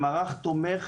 עם מערך תומך